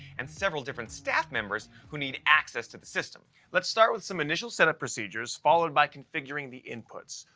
and several different staff members who need access to the system. let's start with some initial setup procedures followed by configuring the inputs.